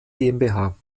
gmbh